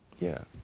yeah.